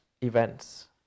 events